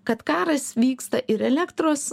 kad karas vyksta ir elektros